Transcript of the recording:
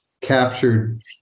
captured